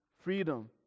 freedom